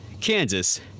Kansas